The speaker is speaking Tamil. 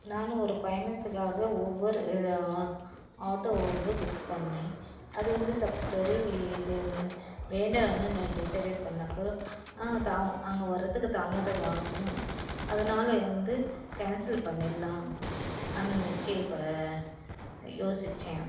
நானும் ஒரு பயணத்துக்காக ஊபர் ஆட்டோ வந்து புக் பண்ணிணேன் அது வந்து தப்பிதவறி செய் வேண்டான்னு நான் டிசைடட் பண்ணதுக்கு த அங்கே வர்றதுக்கு தாமதம் ஆகுமோ அதனால் வந்து கேன்சல் பண்ணிடலாம் அந்த நிச்சியம் ப யோசித்தேன்